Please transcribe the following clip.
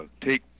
take